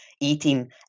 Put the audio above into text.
eating